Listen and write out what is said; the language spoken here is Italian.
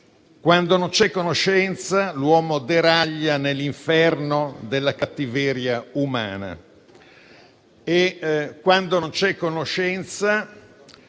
quando non c'è conoscenza l'uomo deraglia nell'inferno della cattiveria umana; quando non c'è conoscenza